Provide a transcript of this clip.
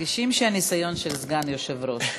מרגישים בניסיון של סגן יושב-ראש.